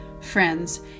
friends